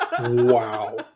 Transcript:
Wow